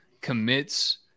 commits